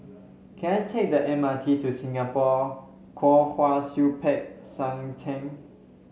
can I take the M R T to Singapore Kwong Wai Siew Peck San Theng